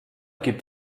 gibt